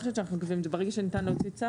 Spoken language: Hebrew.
ברגע שניתן להוציא צו,